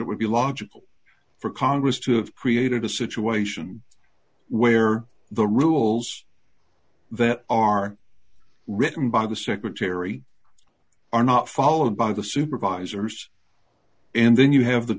it would be logical for congress to have created a situation where the rules that are written by the secretary are not followed by the supervisors and then you have the